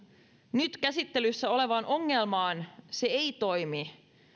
nyt käsittelyssä olevaan ongelmaan se ei toimi